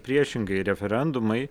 priešingai referendumai